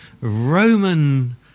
Roman